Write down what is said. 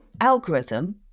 algorithm